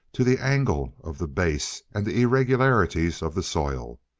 to the angle of the base and the irregularities of the soil.